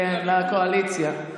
כן, לקואליציה.